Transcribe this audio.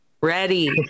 Ready